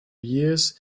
years